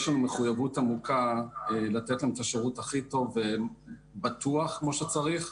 יש לנו מחויבות עמוקה לתת להם את השירות הכי טוב ובטוח כמו שצריך.